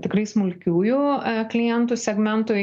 tikrai smulkiųjų klientų segmentui